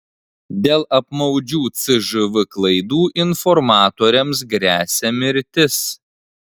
dėl apmaudžių cžv klaidų informatoriams gresia mirtis